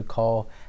call